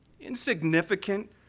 insignificant